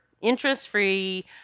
interest-free